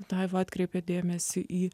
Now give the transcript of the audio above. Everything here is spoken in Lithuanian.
daiva atkreipė dėmesį į